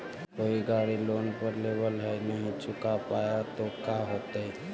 कोई गाड़ी लोन पर लेबल है नही चुका पाए तो का होतई?